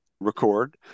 record